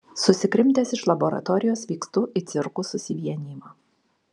susikrimtęs iš laboratorijos vykstu į cirkų susivienijimą